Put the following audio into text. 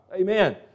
Amen